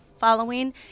following